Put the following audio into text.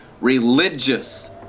religious